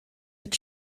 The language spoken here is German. mit